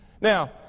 Now